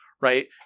right